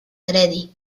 kredi